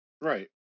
Right